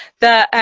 the,